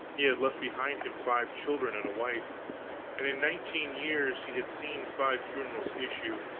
he had left behind him five children and a wife and in nineteen years he had seen five funerals issue,